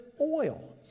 oil